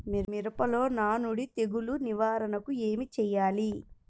మిరపలో నానుడి తెగులు నివారణకు ఏమి చేయాలి?